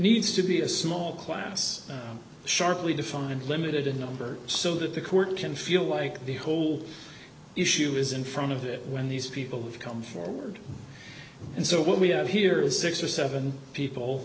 needs to be a small class sharply defined limited in number so that the court can feel like the whole issue is in front of it when these people have come forward and so what we have here is six or seven people